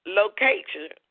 location